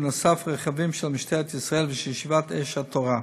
רכבים של משטרת ישראל ושל ישיבת אש התורה,